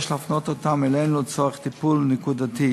יש להפנות אותם אלינו לצורך טיפול נקודתי.